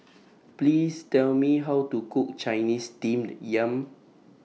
Please Tell Me How to Cook Chinese Steamed Yam